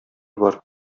бар